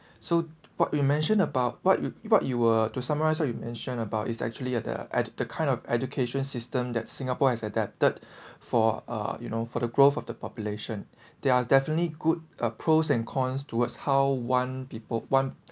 so what you mentioned about what you what you were to summarize what you mentioned about it's actually at the at the kind of education system that singapore has adapted for uh you know for the growth of the population there are definitely good uh pros and cons towards how one people one